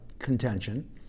contention